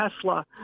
Tesla